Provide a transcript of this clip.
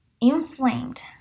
inflamed